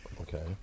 Okay